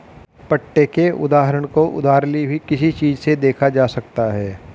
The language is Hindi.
पट्टे के उदाहरण को उधार ली हुई किसी चीज़ से देखा जा सकता है